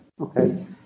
Okay